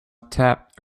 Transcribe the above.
tapped